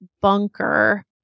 bunker